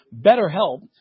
BetterHelp